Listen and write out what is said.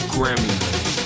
Grammy